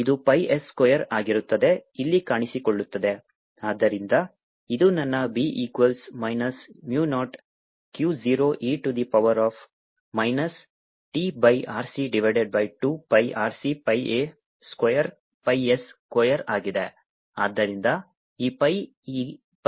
ಆದ್ದರಿಂದ ಇದು pi s square ಆಗಿರುತ್ತದೆ ಇಲ್ಲಿ ಕಾಣಿಸಿಕೊಳ್ಳುತ್ತದೆ ಆದ್ದರಿಂದ ಇದು ನನ್ನ B equals minus mu naught Q 0 e to the power minus t by RC divided by 2 pi RC pi a square pi s square ಆಗಿದೆ